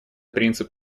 принцип